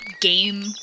game